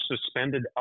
suspended